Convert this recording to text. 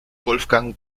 wolfgang